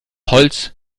holz